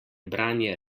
branje